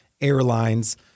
airlines